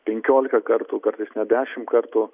penkiolika kartų kartais net dešimt kartų